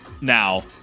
now